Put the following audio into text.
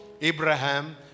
Abraham